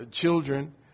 children